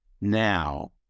now